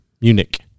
Munich